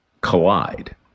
collide